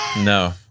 No